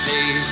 Day